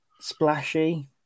splashy